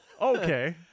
Okay